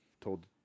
told